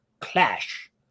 clash